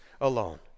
alone